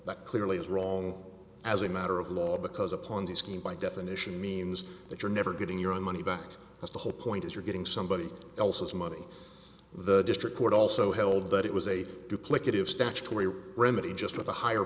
that clearly is wrong as a matter of law because a ponzi scheme by definition means that you're never getting your own money back that's the whole point is you're getting somebody else's money the district court also held that it was a duplicative statutory remedy just with a higher